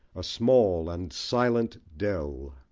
a small and silent dell!